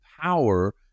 power